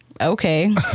okay